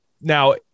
now